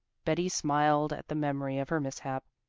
betty smiled at the memory of her mishap.